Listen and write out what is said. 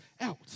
out